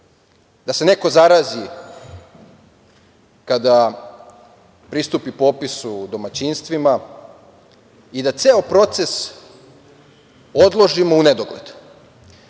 da se neko zarazi kada pristupi popisu domaćinstvima i da ceo proces odložimo u nedogled. Zato